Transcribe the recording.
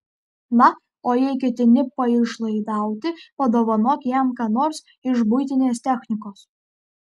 na o jei ketini paišlaidauti padovanok jam ką nors iš buitinės technikos